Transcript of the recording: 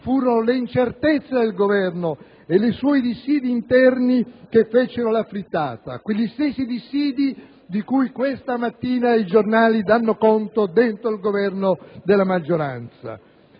furono le incertezze del Governo ed i suoi dissidi interni a fare la frittata, quegli stessi dissidi di cui questa mattina i giornali danno conto all'interno del Governo della maggioranza.